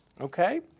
Okay